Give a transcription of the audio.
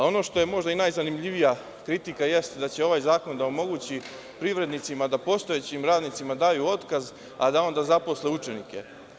Ono što je možda i najzanimljivija kritika, jeste da će ovaj zakon da omogući privrednicima da postojećim radnicima daju otkaz, a da onda zaposle učenike.